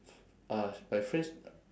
uh my friend's